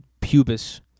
pubis